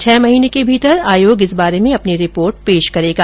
छह महीने के भीतर आयोग इस बारे में अपनी रिपोर्ट पेश करेगा